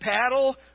paddle